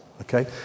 Okay